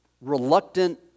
reluctant